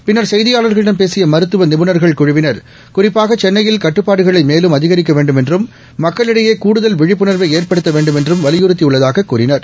பின்னா் செய்தியாள்களிடம் பேசிய மருத்துவ நிபுணா்கள் குழுவினா் குறிப்பாக சென்னையில் கட்டுப்பாடுகளை மேலும் அதிகரிக்க வேண்டுமென்றும் மக்களிடையே கூடுதல் விழிப்புணாவை ஏற்படுத்த வேண்டுமென்றும் வலியுறுத்தியுள்ளதாகக் கூறினர்